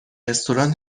رستوران